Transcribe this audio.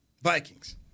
Vikings